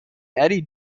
eddie